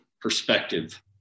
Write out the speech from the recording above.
perspective